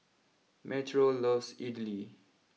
Metro loves Idili